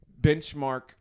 benchmark